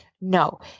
No